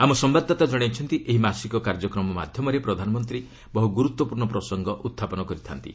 ଆମ ସମ୍ଭାଦଦାତା ଜଣାଇଛନ୍ତି ଏହି ମାସିକ କାର୍ଯ୍ୟକ୍ରମ ମାଧ୍ୟମରେ ପ୍ରଧାନମନ୍ତ୍ରୀ ବହୁ ଗୁରୁତ୍ୱପୂର୍ଣ୍ଣ ପ୍ରସଙ୍ଗ ଉହ୍ଚାପନ କରିଥାନ୍ତି